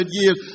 years